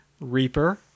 Reaper